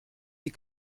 die